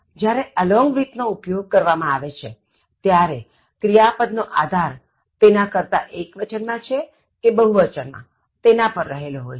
જ્યારે along with નો ઉપયોગ કરવામાં આવે છેત્યારે ક્રિયાપદ નો આધાર તેના કર્તા એક્વચન માં છે કે બહુવચન માં તેના પર રહેલો હોય છે